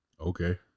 Okay